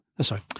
sorry